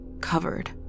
covered